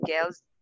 girls